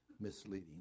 misleading